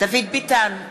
דוד ביטן,